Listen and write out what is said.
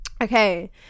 okay